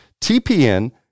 TPN